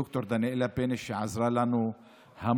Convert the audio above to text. ד"ר דניאלה ביניש, שעזרה לנו המון,